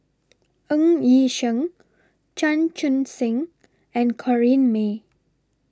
Ng Yi Sheng Chan Chun Sing and Corrinne May